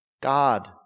God